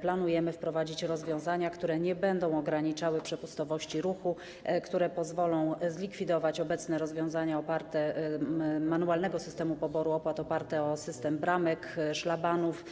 planujemy wprowadzić rozwiązania, które nie będą ograniczały przepustowości ruchu, które pozwolą zlikwidować obecne rozwiązania manualnego systemu poboru opłat oparte na systemie bramek, szlabanów.